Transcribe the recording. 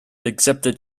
exhibited